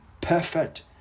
perfect